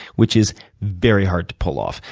which is very hard to pull off.